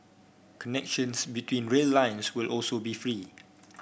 connections between rail lines will also be free